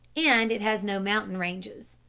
and it has no mountain ranges.